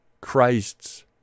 Christ's